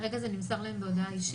כרגע זה נמסר להם בהודעה אישית,